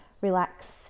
relax